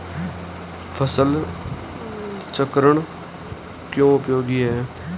फसल चक्रण क्यों उपयोगी है?